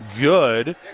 good